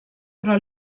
però